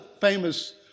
famous